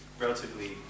relatively